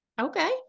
Okay